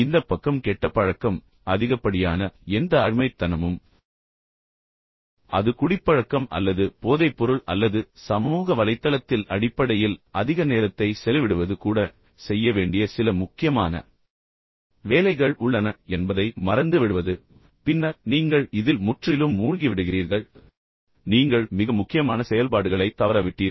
இந்தப் பக்கம் கெட்ட பழக்கம் அதிகப்படியான எந்த அடிமைத்தனமும் அது குடிப்பழக்கம் அல்லது போதைப்பொருள் அல்லது சமூக வலைத்தளத்தில் அடிப்படையில் அதிக நேரத்தை செலவிடுவது கூட செய்ய வேண்டிய சில முக்கியமான வேலைகள் உள்ளன என்பதை மறந்து விடுவது பின்னர் நீங்கள் இதில் முற்றிலும் மூழ்கிவிடுகிறீர்கள் பின்னர் நீங்கள் மிக முக்கியமான செயல்பாடுகளை தவறவிட்டீர்கள்